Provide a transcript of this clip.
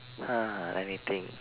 ah anything